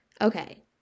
okay